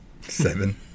Seven